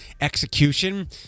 execution